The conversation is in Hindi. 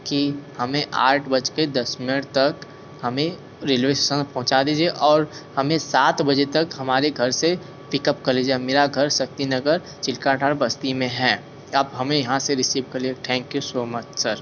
कि हमें आठ बज के दस मिनट तक हमें रेलवे स्टेशन पहुँचा दीजिए और हमें सात बजे तक हमारे घर से पिकअप कर लीजिए हम मेरा घर शक्तिनगर चिल्का अठारह बस्ती में है आप हमें यहाँ से रिसीव कर लीजिये थैंक्यू सो मच सर